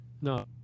no